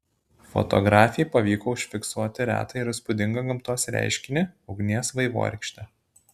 fotografei pavyko užfiksuoti retą ir įspūdingą gamtos reiškinį ugnies vaivorykštę